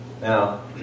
Now